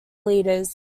leaders